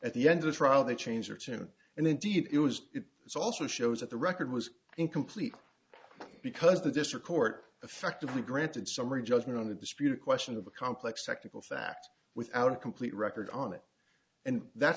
at the end of the trial they change their tune and indeed it was this also shows that the record was incomplete because the district court effectively granted summary judgment on the disputed question of a complex technical fact without a complete record on it and that